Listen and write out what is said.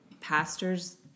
pastors